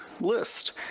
list